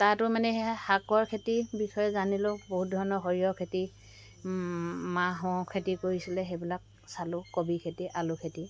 তাতো মানে সেই শাকৰ খেতি বিষয়ে জানিলোঁ বহুত ধৰণৰ সৰিয়হ খেতি মাহৰ খেতি কৰিছিলে সেইবিলাক চালোঁ কবি খেতি আলু খেতি